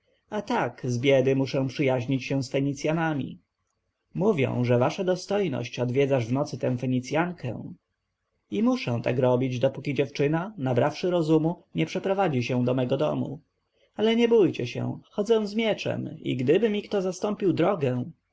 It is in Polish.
a tak z biedy muszę przyjaźnić się z fenicjanami mówią że wasza dostojność odwiedzasz w nocy tę fenicjankę i muszę tak robić dopóki dziewczyna nabrawszy rozumu nie przeprowadzi się do mego domu ale nie bójcie się chodzę z mieczem i gdyby mi kto zastąpił drogę